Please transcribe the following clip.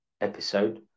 episode